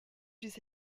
just